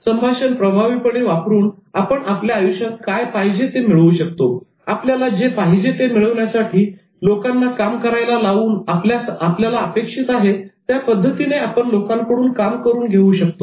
संभाषण प्रभावीपणे वापरून आपण आपल्या आयुष्यात काय पाहिजे ते मिळवू शकतो आपल्याला जे पाहिजे ते मिळवण्यासाठी लोकांना काम करायला लावून आपल्याला अपेक्षित आहे त्या पद्धतीने आपण लोकांकडून काम करून घेऊ शकतो